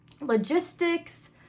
logistics